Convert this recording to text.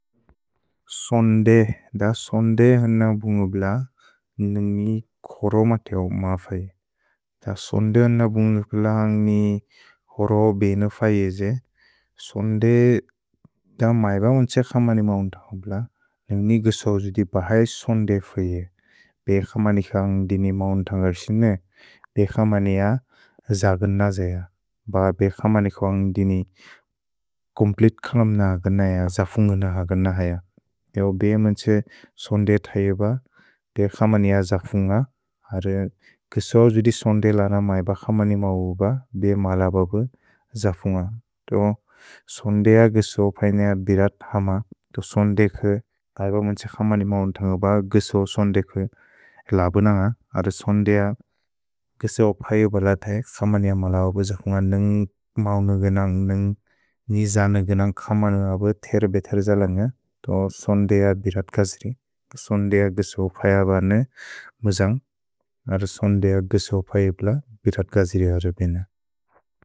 सोन्द् द सोन्द् हन बुन्गुप्ल नुन्गि खोरो मतेओ म फै। द सोन्द् हन बुन्गुप्ल हन्गि खोरो बेने फै एजे, सोन्द् द मैब ओन्त्से क्समनि मौन्तहुप्ल। नुन्गि गिसौजु दि पहै सोन्द् फै ए। भे क्समनि क्व अन्ग् दिनि मौन्तहर् सिन्ने, बे क्समनि य ज्गन् न जेय। भ बे क्समनि क्व अन्ग् दिनि कोम्प्लित् क्लम् न अग न य, जफुन्ग न अग न हय। सोन्द्य बिरत् कजिरि। सोन्द्य गिसौजु फय बर्ने मुजन्ग्। अर्रे सोन्द्य गिसौजु फय बिल बिरत् कजिरि हरो बेने।